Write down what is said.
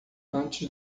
antes